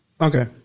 Okay